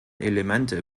elemente